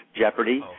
Jeopardy